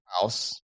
house